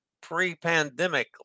pre-pandemic